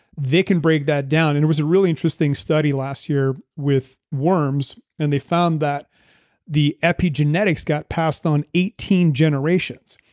they can break that down, and it was a really interesting study last year with worms, and they found that the epigenetics got passed on eighteen generations.